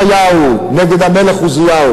תסביר להם מה אתה חושב שצריך להעיר.